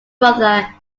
brother